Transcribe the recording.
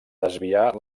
desviar